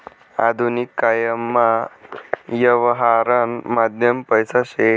आधुनिक कायमा यवहारनं माध्यम पैसा शे